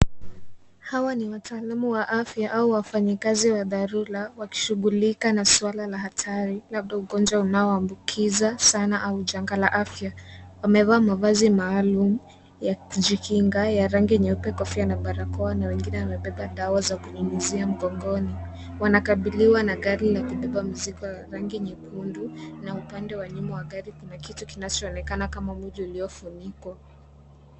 Hawa ni wataalamu wa afya au wafanyikazi wa dharura wakishughulika na swala la hatari, labda ugonjwa unaoambukiza sana au janga la afya. Wamevaa mavazi maalum ya kujikinga ya rangi nyeupe, kofia na barakoa na wengine wamebeba dawa za kunyunyizia mgongoni. Wanakabiliwa na gari la kubeba mzigo wa rangi nyekundu na upande wa nyuma kunaokena kitu kama mwili uliofunikwa.